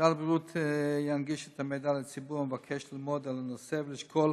משרד הבריאות ינגיש את המידע לציבור המבקש ללמוד על הנושא ולשקול